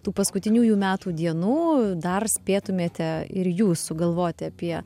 tų paskutiniųjų metų dienų dar spėtumėte ir jūs galvoti apie